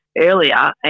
earlier